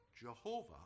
Jehovah